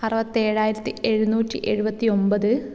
അറുപത്തേഴായിരത്തി എഴുന്നൂറ്റി എഴുപത്തി ഒൻപത്